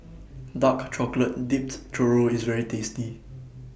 Dark Chocolate Dipped Churro IS very tasty